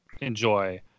enjoy